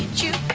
you,